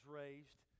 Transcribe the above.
raised